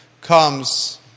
comes